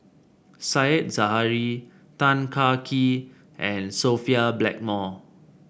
Said Zahari Tan Kah Kee and Sophia Blackmore